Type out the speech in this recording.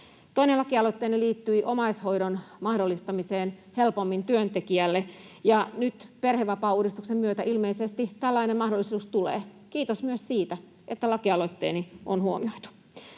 Toinen lakialoitteeni liittyi omaishoidon mahdollistamiseen helpommin työntekijälle, ja nyt perhevapaauudistuksen myötä ilmeisesti tällainen mahdollisuus tulee. Kiitos myös siitä, että lakialoitteeni on huomioitu.